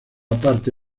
parte